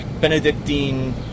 Benedictine